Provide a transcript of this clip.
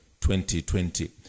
2020